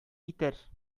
итәр